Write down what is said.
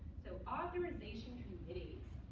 so authorization committees.